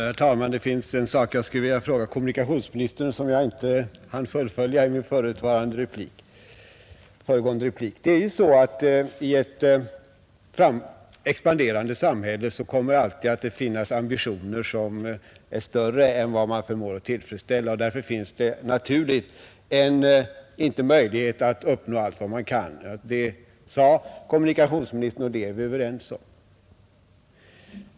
Herr talman! Det är en sak jag skulle vilja fråga kommunikationsministern om som jag inte hann fullfölja i min föregående replik. I ett expanderande samhälle kommer det alltid att finnas ambitioner som är större än vad man förmår tillfredsställa och därför finns det naturligt inte möjligheter att uppnå allt vad man vill. Det sade kommunikationsministern och det är vi överens om.